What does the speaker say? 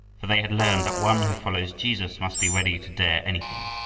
for they had learned that one who follows jesus must be ready to dare anything,